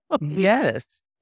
Yes